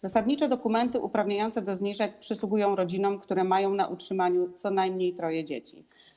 Zasadnicze dokumenty uprawniające do zniżek przysługują rodzinom, które mają na utrzymaniu co najmniej troje dzieci.